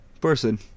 person